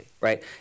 right